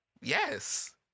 yes